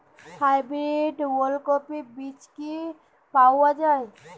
Hybrid ওলকফি বীজ কি পাওয়া য়ায়?